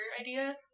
idea